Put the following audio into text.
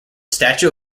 statue